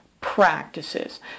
practices